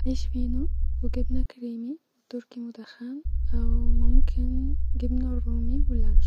عيش فينو وجبه كريمي وتركي مدخن او ممكن-جبنه رومي ولانشون